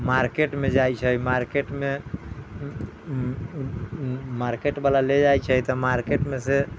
मार्केटमे जाइ छै मार्केटमे मार्केटवला ले जाइ छै तऽ मार्केटमे सँ